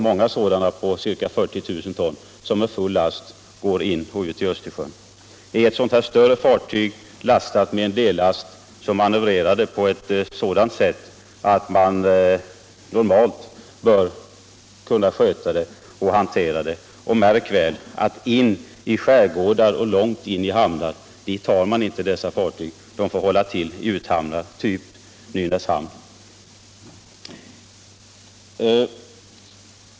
Många fartyg på ca 40 000 ton går med full last in i och ut ur Östersjön. Ett större fartyg lastat med dellast bör kunna manövreras på ett tillfredsställande sätt. Och märk väl att in i skärgården och långt in i hamnar tar man inte dessa fartyg — de får hålla till i uthamnar, typ Nynäshamn.